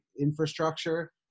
infrastructure